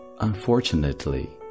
Unfortunately